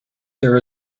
there